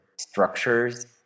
structures